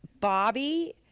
bobby